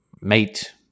mate